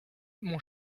mon